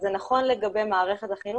אז זה נכון לגבי מערכת החינוך,